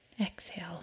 Exhale